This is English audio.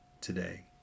today